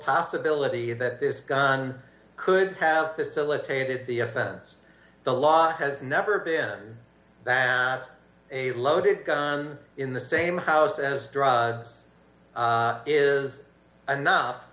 possibility that this gun could have facilitated the offense the lock has never been at a loaded gun in the same house as drugs is enough